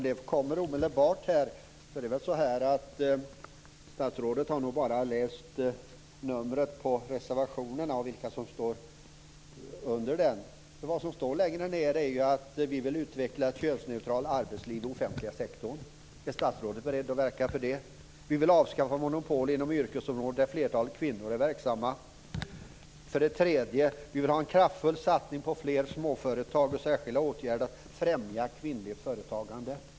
Herr talman! Det kommer omedelbart här. Statsrådet har nog bara läst numret på reservationerna och vilka som står under dem, för vad som står längre ned är för det första att vi vill utveckla ett könsneutralt arbetsliv i den offentliga sektorn. Är statsrådet beredd att verka för det? För det andra: Vi vill avskaffa monopol inom yrkesområden där flertalet kvinnor är verksamma. För det tredje: Vi vill ha en kraftfull satsning på fler småföretag och särskilda åtgärder för att främja kvinnligt företagande.